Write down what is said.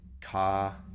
car